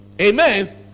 Amen